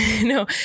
no